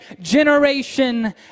Generation